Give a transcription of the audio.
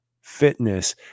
fitness